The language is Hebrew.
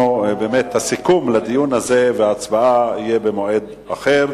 הסיכום לדיון הזה וההצבעה יהיו במועד אחר.